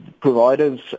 providers